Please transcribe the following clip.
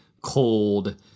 cold